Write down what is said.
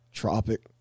Tropic